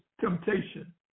temptation